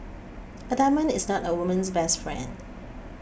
a diamond is not a woman's best friend